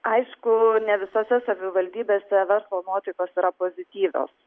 aišku ne visose savivaldybėse verslo nuotaikos yra pozityvios